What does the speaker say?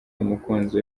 umukunzi